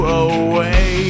away